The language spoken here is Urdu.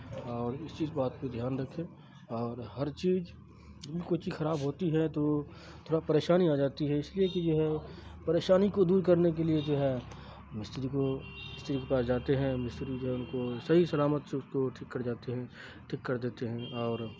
اور اس چیز بات کو دھیان رکھیں اور ہر چیز کوئی چیز خراب ہوتی ہے تو تھوڑا پریشانی آ جاتی ہے اس لیے کہ جو ہے پریشانی کو دور کرنے کے لیے جو ہے مستری کو مستری کے پاس جاتے ہیں مستری جو ہے ان کو صحیح سلامت سے اس کو ٹھیک کر جاتے ہیں ٹھیک کر دیتے ہیں اور